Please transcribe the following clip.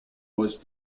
was